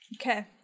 Okay